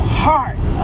heart